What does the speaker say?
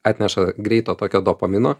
atneša greito tokio dopamino